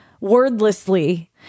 wordlessly